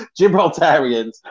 Gibraltarians